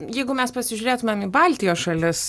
jeigu mes pasižiūrėtumėm į baltijos šalis